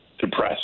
depressed